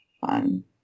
fun